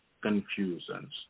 confusions